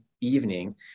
evening